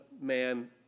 Man